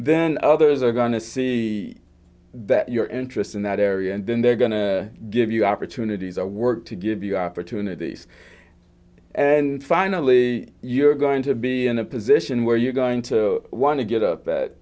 then others are gonna see that your interest in that area and then they're going to give you opportunities or work to give you opportunities and finally you're going to be in a position where you're going to want to get up